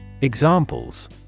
Examples